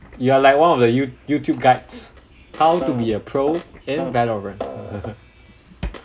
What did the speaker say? you are like one of the you~ youtube guides how to be a pro in valorant